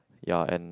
ya and